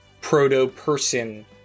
proto-person